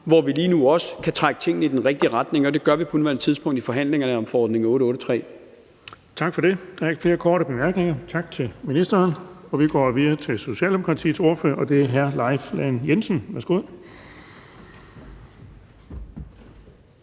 hvor vi kan trække tingene i den rigtige retning, og det gør vi på nuværende tidspunkt i forhandlingerne om forordning 883. Kl. 14:40 Den fg. formand (Erling Bonnesen): Tak for det. Der er ikke flere korte bemærkninger. Tak til ministeren. Vi går videre til Socialdemokratiets ordfører, og det er hr. Leif Lahn Jensen. Værsgo.